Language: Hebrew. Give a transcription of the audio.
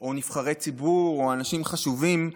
או נבחרי ציבור או אנשים חשובים ידברו,